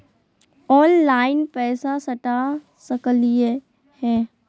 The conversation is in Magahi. ऑनलाइन पैसा सटा सकलिय है?